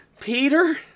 Peter